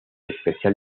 especial